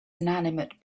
inanimate